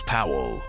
Powell